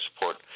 support